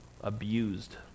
abused